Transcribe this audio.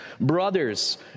Brothers